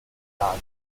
testata